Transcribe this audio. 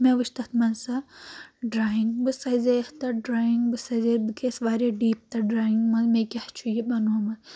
مےٚ وٕچھ تَتھ منٛز سۄ ڈرایِنٛگ بہٕ سَزییس تتھ ڈرایِنٛگ بہٕ سَزے بہٕ گٔیس واریاہ ڈیٖپ تَتھ ڈرٛایِنٛگ منٛز مےٚ کیاہ چھُ یہِ بَنومُت